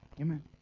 Amen